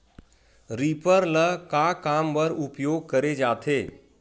Reaper ल का काम बर उपयोग करे जाथे?